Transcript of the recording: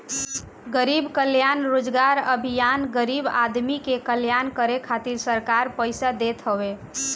गरीब कल्याण रोजगार अभियान गरीब आदमी के कल्याण करे खातिर सरकार पईसा देत हवे